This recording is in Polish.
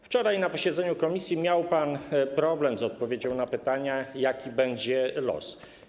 Wczoraj na posiedzeniu komisji miał pan problem z odpowiedzią na pytanie, jaki będzie tego los.